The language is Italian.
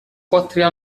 quattro